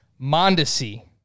Mondesi